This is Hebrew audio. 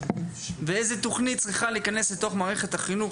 ואיזה תוכנית צריכה להיכנס לתוך מערכת החינוך.